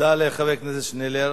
תודה לחבר הכנסת שנלר.